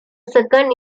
second